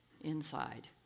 inside